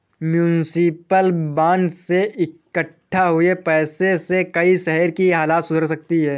municipal bond से इक्कठा हुए पैसों से कई शहरों की हालत सुधर सकती है